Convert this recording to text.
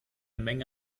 menge